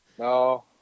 No